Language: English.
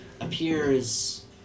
appears